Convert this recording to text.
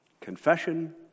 Confession